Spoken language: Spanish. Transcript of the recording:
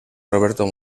roberto